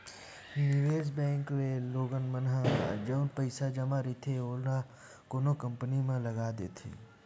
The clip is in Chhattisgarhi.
निवेस बेंक ह लोगन मन ह जउन पइसा जमा रहिथे ओला कोनो कंपनी म लगा देथे